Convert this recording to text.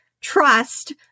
trust